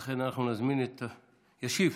לכן ישיב,